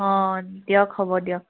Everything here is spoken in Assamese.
অঁ দিয়ক হ'ব দিয়ক